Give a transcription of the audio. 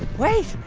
wait.